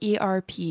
ERP